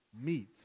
meat